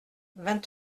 vingt